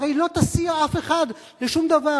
הרי לא תסיע אף אחד לשום דבר.